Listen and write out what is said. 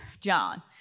John